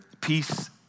Peace